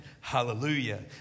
hallelujah